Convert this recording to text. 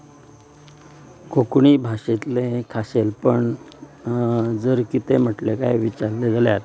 कोंकणी भाशेंतलें खाशेलपण जर कितें म्हटलें कांय विचारलें जाल्यार